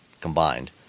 combined